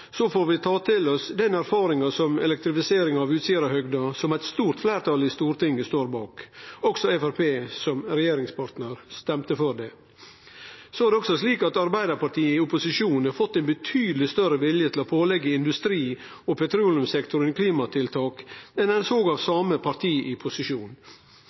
så får vi ta til oss den erfaringa som elektrifisering av Utsira-høgda gir oss, som eit stort fleirtal i Stortinget står bak. Også Framstegspartiet, som regjeringspartnar, stemte for det. Så er det også slik at Arbeidarpartiet i opposisjon har fått ein betydeleg større vilje til å påleggje industrien og petroleumssektoren klimatiltak enn kva ein såg frå same parti i posisjon.